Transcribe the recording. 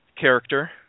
character